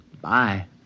Bye